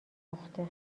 پخته